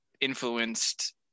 influenced